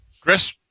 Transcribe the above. Chris